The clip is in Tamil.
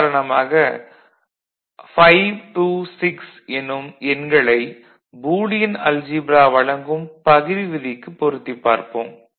x↑y↑z ≠ x↑y↑z x↑y'↑z x↑y↑z' x↓y↓z ≠ x↓y↓z x↓y'↑z x↓y↓z' x↑y↓z ≠ x↓y↑x↓z x↑y↓z x'↓y↑x'↓z x↓y↑z ≠ x↑y↓x↑z x↓y↑z x'↑y↓x'↑z உதாரணமாக 5 2 6 எனும் எண்களை பூலியன் அல்ஜீப்ரா வழங்கும் பகிர்வு விதிக்குப் பொருத்திப் பார்ப்போம்